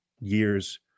years